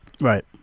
right